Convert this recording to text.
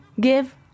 give